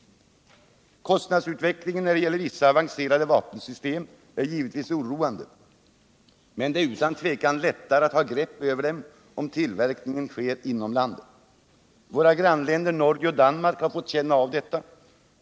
Kostnadsutvecklingen när det gäl!er vissa avancerade vapensystem är givetvis oroande,'men det är utan tvivel lättare att ha grepp över den om tillverkningen sker inom landet. Våra grannländer Norge och Danmark har fått känna av detta.